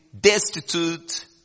destitute